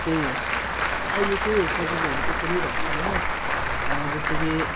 त्यही हो अब अहिले त्यही हो सजिलोहरू त्यसरी भएको छ होइन जस्तो कि